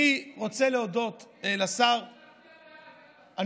אני רוצה להודות לשר דרעי,